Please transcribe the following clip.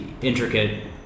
intricate